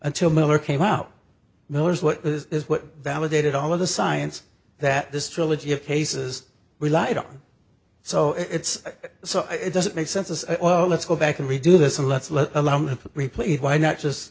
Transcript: until miller came out miller's what is what validated all of the science that this trilogy of cases relied on so it's so it doesn't make sense as well let's go back and redo this